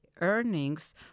earnings